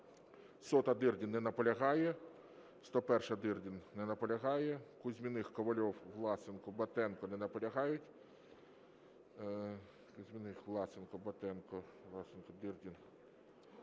100-а, Дирдін. Не наполягає. 101-а, Дирдін. Не наполягає. Кузьміних, Ковальов, Власенко, Батенко, не наполягають.